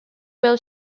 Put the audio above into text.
will